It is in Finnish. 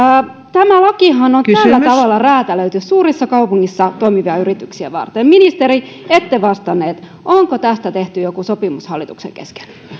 tämä lakihan on räätälöity suurissa kaupungeissa toimivia yrityksiä varten ministeri ette vastannut onko tästä tehty jokin sopimus hallituksen kesken